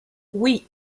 oui